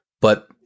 but-